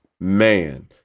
Man